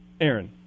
Aaron